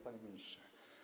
Panie Ministrze!